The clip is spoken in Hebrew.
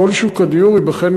כל שוק הדיור ייבחן,